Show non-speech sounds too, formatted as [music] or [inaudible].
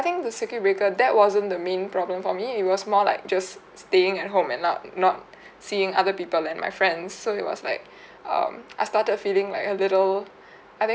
think the circuit breaker that wasn't the main problem for me it was more like just staying at home and not not [breath] seeing other people like my friends so it was like [breath] um [noise] I started feeling like a little [breath] I think